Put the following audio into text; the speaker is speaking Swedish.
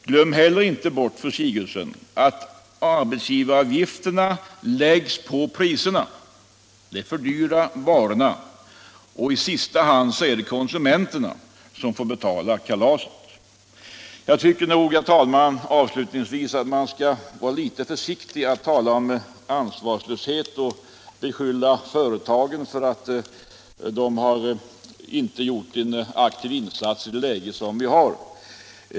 Glöm inte heller bort, fru Sigurdsen, att arbetsgivaravgifterna läggs på priserna och fördyrar varorna, och i sista hand är det konsumenterna som får betala kalaset. Avslutningsvis vill jag, herr talman, säga att man nog borde vara litet försiktig med att tala om ansvarslöshet och beskylla företagen för att inte ha gjort en aktiv insats i dagens läge.